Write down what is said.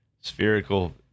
Spherical